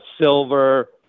silver